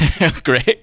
great